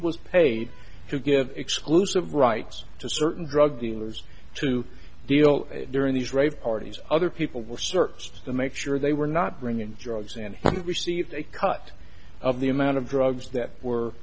was paid to give exclusive rights to certain drug dealers to deal during these rape parties other people were searched to make sure they were not bringing drugs and he received a cut of the amount of drugs that were